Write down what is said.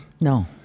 No